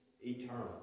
eternal